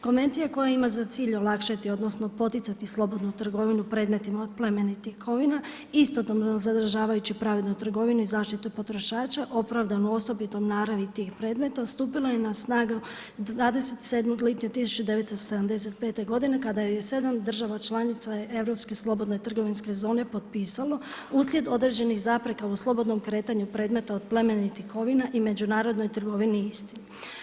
Konvencija koja ima za cilj olakšati odnosno poticati slobodnu trgovinu predmetima od plemenitih kovina, istodobno zadržavajući pravednu trgovinu i zaštitu potrošača, opravdano osobito u naravi tih predmeta, stupilo je na snagu 27. lipnja 1975. godine kada ju je sedam država članica Europske slobodne trgovinske zone potpisalo uslijed određenih zapreka u slobodnom kretanju predmeta od plemenitih kovina i međunarodnoj trgovini istih.